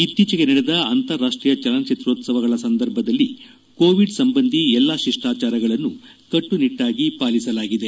ಇತ್ತೀಚೆಗೆ ನಡೆದ ಅಂತಾರಾಷ್ವೀಯ ಚಲನ ಚಿತ್ರೋತ್ಸವಗಳ ಸಂದರ್ಭದಲ್ಲಿ ಕೋವಿಡ್ ಸಂಬಂಧಿ ಎಲ್ಲಾ ಶಿಷ್ಟಾಚಾರಗಳನ್ನು ಕಟ್ಟುನಿಟ್ಟಾಗಿ ಪಾಲಿಸಲಾಗಿದೆ